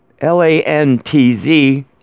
L-A-N-T-Z